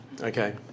Okay